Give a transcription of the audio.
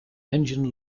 engine